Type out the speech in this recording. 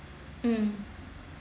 mm